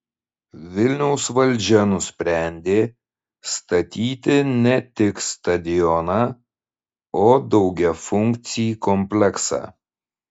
vilniaus valdžia nusprendė statyti ne tik stadioną o daugiafunkcį kompleksą